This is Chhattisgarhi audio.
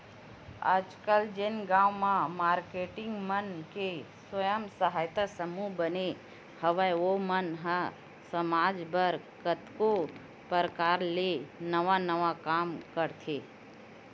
आजकल जेन गांव म मारकेटिंग मन के स्व सहायता समूह बने हवय ओ मन ह समाज बर कतको परकार ले नवा नवा काम करथे